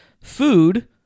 food